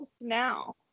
now